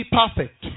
perfect